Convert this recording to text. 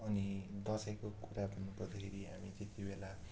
अनि दसैँको कुरा भन्नुपर्दाखेरि हामी त्यतिबेला